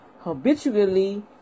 habitually